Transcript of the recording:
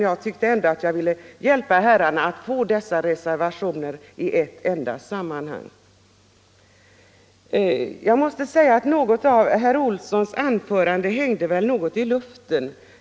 Jag tyckte att jag ville hjälpa herrarna att ta upp dessa reservationer i ett enda sammanhang. Något av herr Olssons i Stockholm anförande hängde väl i luften.